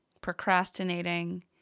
procrastinating